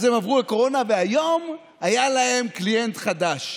אז הם עברו לקורונה, והיום היה להם קליינט חדש,